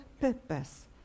purpose